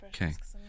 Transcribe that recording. Okay